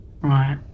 right